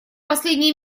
последний